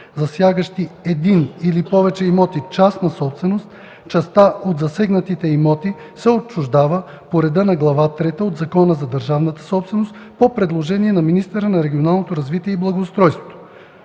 засягащи един или повече имоти – частна собственост, частта от засегнатите имоти се отчуждава по реда на Глава трета от Закона за държавната собственост по предложение на министъра на регионалното развитие и благоустройството.